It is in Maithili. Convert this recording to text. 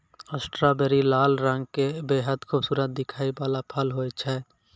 स्ट्राबेरी लाल रंग के बेहद खूबसूरत दिखै वाला फल होय छै